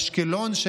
אשקלון,